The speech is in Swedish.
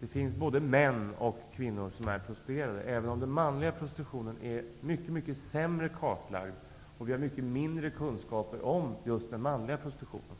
Det finns både män och kvinnor som är prostituerade, även om den manliga prostitutionen är mycket sämre kartlagd. Vi har också mycket mindre kunskaper om just den manliga prostitutionen.